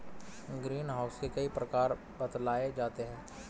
green house के कई प्रकार बतलाए जाते हैं